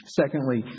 secondly